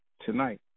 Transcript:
tonight